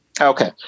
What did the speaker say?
Okay